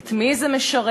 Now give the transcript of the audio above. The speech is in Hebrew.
את מי זה משרת.